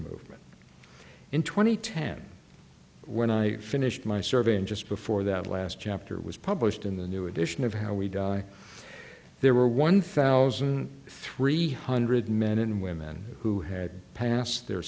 movement in two thousand and ten when i finished my survey and just before that last chapter was published in the new edition of how we die there were one thousand three hundred men and women who had passed their